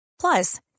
Plus